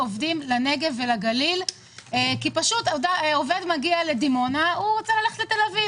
עובדים ולגליל כי עובד מגיע לדימונה ורוצה לעבור לתל אביב,